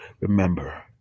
remember